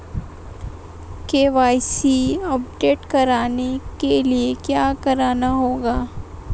KYC update करने के लिए क्या करना होगा?